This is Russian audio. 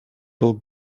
был